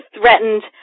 threatened